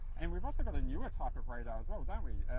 and we've also got a newer type of radar as well, don't we,